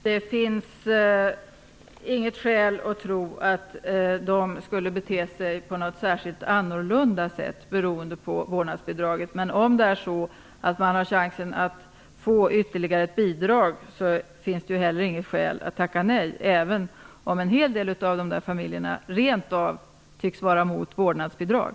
Herr talman! Det finns inget skäl att tro att de skulle bete sig på något särskilt annorlunda sätt beroende på vårdnadsbidraget. Men om man har chansen att få ytterligare ett bidrag, finns det inte heller något skäl till att tacka nej, även om en hel del av familjerna faktiskt rent av tycks vara mot vårdnadsbidrag.